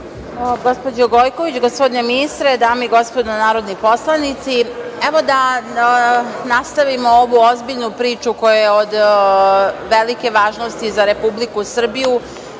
Gospođo Gojković, gospodine ministre, dame i gospodo narodni poslanici, evo da nastavimo ovu ozbiljnu priču koja je od velike važnosti za Republiku Srbiju,